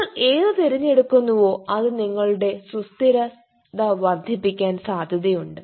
നിങ്ങൾ ഏത് തിരഞ്ഞെടുക്കുന്നോ അത് നിങ്ങളുടെ സുസ്ഥിരത വർദ്ധിപ്പിക്കാൻ സാധ്യതയുണ്ട്